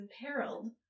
imperiled